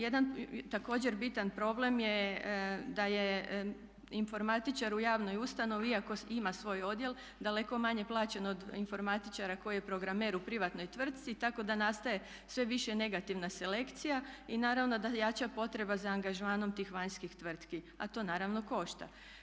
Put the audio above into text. Jedan također bitan problem je da je informatičar u javnoj ustanovi iako ima svoj odjel daleko manje plaćen od informatičara koji je programer u privatnoj tvrtci, tako da nastaje sve više negativna selekcija i naravno da jača potreba za angažmanom tih vanjskih tvrtki, a to naravno košta.